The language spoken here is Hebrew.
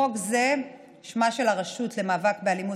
בחוק זה שמה של הרשות למאבק באלימות,